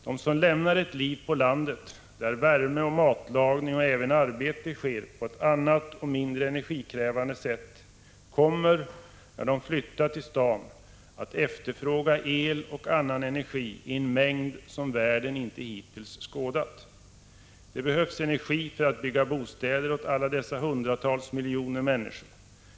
De som lämnar ett liv på landet, där värme och matlagning och även arbete sker på ett annat och mindre energikrävande sätt, kommer när de flyttat till staden att efterfråga el och annan energi i en mängd som världen inte hittills skådat. Det behövs energi för att bygga bostäder åt alla dessa hundratals miljoner människor.